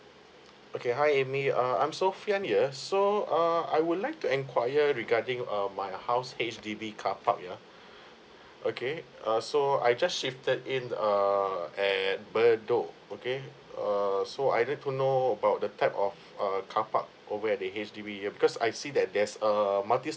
okay hi amy uh I'm sophian here so uh I would like to enquiry regarding uh my house H_D_B car park yeah okay uh so I just shifted in err at bedok okay err so I'd like to know about the type of uh carpark or where the H_D_B here because I see that there's a multi